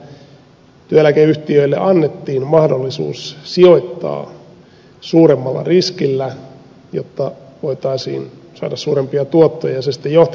siinähän työeläkeyhtiöille annettiin mahdollisuus sijoittaa suuremmalla riskillä jotta voitaisiin saada suurempia tuottoja